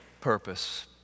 purpose